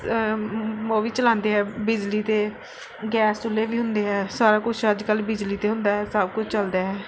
ਉਹ ਵੀ ਚਲਾਉਂਦੇ ਹੈ ਬਿਜਲੀ 'ਤੇ ਗੈਸ ਚੁੱਲ੍ਹੇ ਵੀ ਹੁੰਦੇ ਹੈ ਸਾਰਾ ਕੁਛ ਅੱਜ ਕੱਲ੍ਹ ਬਿਜਲੀ 'ਤੇ ਹੁੰਦਾ ਹੈ ਸਭ ਕੁਝ ਚੱਲਦਾ ਹੈ